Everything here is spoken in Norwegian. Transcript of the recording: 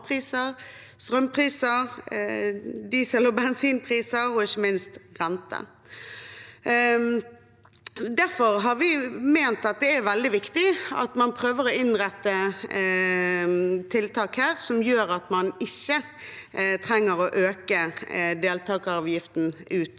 strømpriser, diesel- og bensinpriser og ikke minst rente. Derfor har vi ment at det er veldig viktig at man prøver å innrette tiltak her som gjør at man ikke trenger å øke deltakeravgiften til